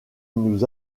nous